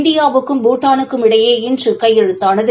India வுக்கும் பூட்டானுக்கும் இடையே இன்று கையயெழுத்தானது